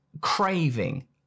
craving